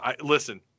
Listen